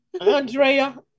Andrea